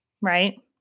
right